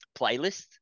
playlist